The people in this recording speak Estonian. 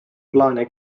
plaane